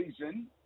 reason